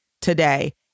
today